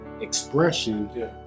expression